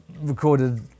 Recorded